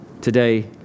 today